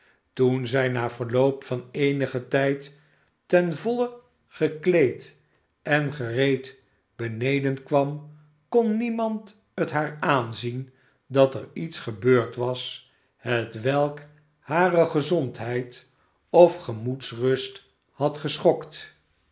toen zij na verloop van eenigen tijd ten voile gekleed en gereed beneden kwam kon niemand het haar aanzien dat er iets gebeurd was hetwelk hare gezondheid of gemoedsrust had geschokt